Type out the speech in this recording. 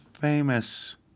famous